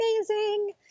amazing